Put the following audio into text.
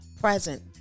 present